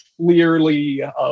clearly